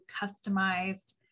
customized